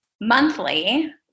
monthly